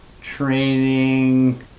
Training